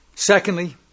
Secondly